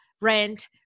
rent